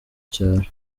cyaro